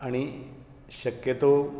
आनी शक्य तो